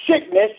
sickness